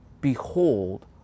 behold